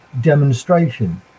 demonstration